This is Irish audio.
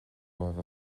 romhaibh